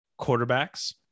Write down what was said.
quarterbacks